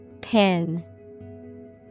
Pin